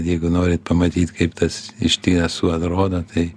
jeigu norit pamatyt kaip tas iš tiesų atrodo tai